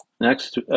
Next